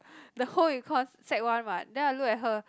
the home-econs sec one what then I look at her